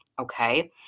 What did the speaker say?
Okay